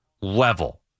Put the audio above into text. level